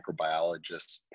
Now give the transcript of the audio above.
microbiologists